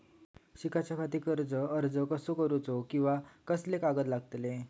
शिकाच्याखाती कर्ज अर्ज कसो करुचो कीवा कसले कागद लागतले?